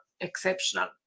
exceptional